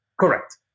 correct